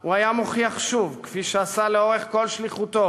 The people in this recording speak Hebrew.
הוא היה מוכיח שוב, כפי שעשה לאורך כל שליחותו